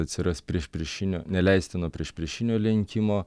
atsiras priešpriešinio neleistino priešpriešinio lenkimo